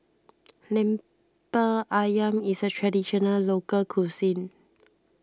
Lemper Ayam is a Traditional Local Cuisine